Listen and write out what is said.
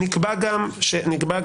גם שלא ניתן לאצילה,